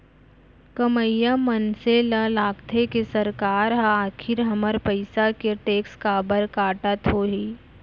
कमइया मनसे ल लागथे के सरकार ह आखिर हमर पइसा के टेक्स काबर काटत होही